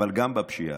אבל גם בפשיעה.